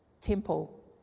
temple